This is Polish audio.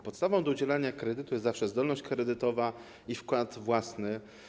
Podstawą do udzielania kredytu jest zawsze zdolność kredytowa i wkład własny.